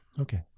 Okay